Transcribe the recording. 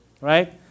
right